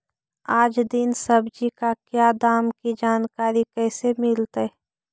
आज दीन सब्जी का क्या दाम की जानकारी कैसे मीलतय?